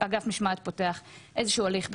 ואגף משמעת פותח איזשהו הליך בירור.